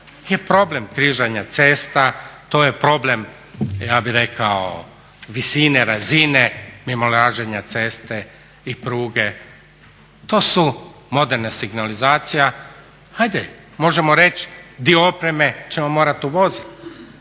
je problem križanja cesta, to je problem ja bi rekao visine razine mimoilaženja ceste i pruge, to su moderna signalizacija, ajde možemo reći dio opreme ćemo morati uvoziti